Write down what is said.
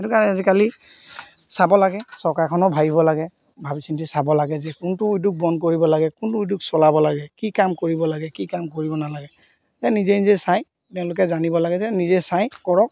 সেইটো কাৰণে আজিকালি চাব লাগে চৰকাৰখনেও ভাবিব লাগে ভাবি চিন্তি চাব লাগে যে কোনটো উদ্যোগ বন্ধ কৰিব লাগে কোনটো উদ্যোগ চলাব লাগে কি কাম কৰিব লাগে কি কাম কৰিব নালাগে এই নিজে নিজে চাই তেওঁলোকে জানিব লাগে যে নিজে চাই কৰক